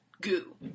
goo